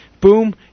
boom